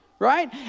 Right